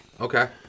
Okay